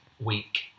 week